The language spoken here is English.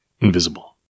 Invisible